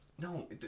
No